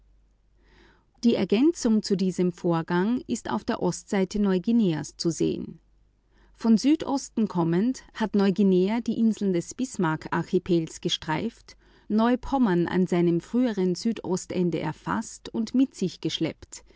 interessante ergänzung zu diesem vorgang sieht man auf der ostseite neuguineas als nordende der großen australischen tafel aus südosten kommend hat neuguinea die inseln des bismarckarchipels gleitend gestreift hat dabei aber neupommern an seinem früheren südostende erfaßt und mit sich geschleppt